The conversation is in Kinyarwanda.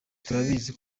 turabizi